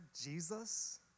Jesus